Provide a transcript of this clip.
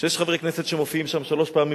שיש חברי כנסת שמופיעים שם שלוש פעמים